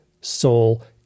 soul